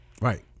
Right